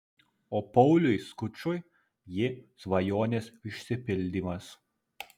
o pauliui skučui ji svajonės išsipildymas